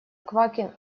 квакин